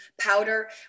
powder